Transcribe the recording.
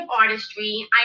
artistry